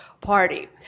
party